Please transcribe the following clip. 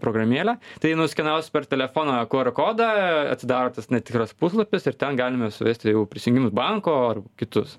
programėlę tai nuskenavus per telefono qr kodą atsidaro tas netikras puslapis ir ten galime suvesti jau prisijungimus banko ar kitus